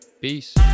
Peace